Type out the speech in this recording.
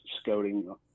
scouting